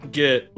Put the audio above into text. get